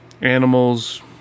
Animals